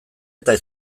eta